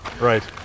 Right